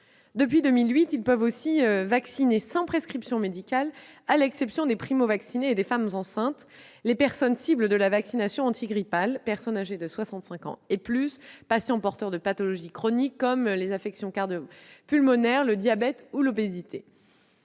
Depuis 2008, ils peuvent aussi vacciner sans prescription médicale- à l'exception des primovaccinés et des femmes enceintes -les personnes cibles de la vaccination antigrippale, à savoir les personnes âgées de plus de soixante-cinq ans et les patients porteurs de pathologies chroniques comme les infections cardio-pulmonaires, le diabète ou l'obésité.